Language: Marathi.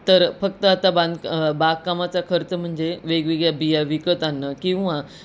तर फक्त आता बांध बागकामाचा खर्च म्हणजे वेगवेगळ्या बिया विकत आणणं किंवा